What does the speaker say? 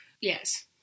Yes